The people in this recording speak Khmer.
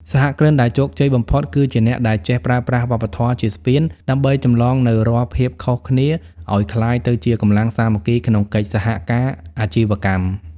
សហគ្រិនដែលជោគជ័យបំផុត គឺជាអ្នកដែលចេះប្រើប្រាស់វប្បធម៌ជាស្ពានដើម្បីចម្លងនូវរាល់ភាពខុសគ្នាឱ្យក្លាយទៅជាកម្លាំងសាមគ្គីក្នុងកិច្ចសហការអាជីវកម្ម។